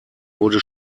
wurde